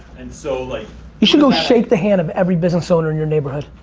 and so, like you should go shake the hand of every business owner in your neighborhood.